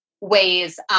ways